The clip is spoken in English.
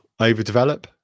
overdevelop